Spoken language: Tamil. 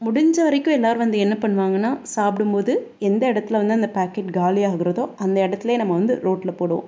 முடிஞ்ச வரைக்கும் எல்லோரும் வந்து என்ன பண்ணுவாங்கன்னா சாப்பிடும்போது எந்த இடத்துல வந்து அந்த பாக்கெட் காலி ஆகிறதோ அந்த இடத்துலயே நம்ம வந்து ரோட்டில் போடுவோம்